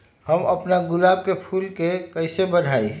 हम अपना गुलाब के फूल के कईसे बढ़ाई?